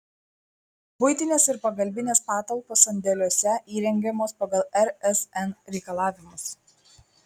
buitinės ir pagalbinės patalpos sandėliuose įrengiamos pagal rsn reikalavimus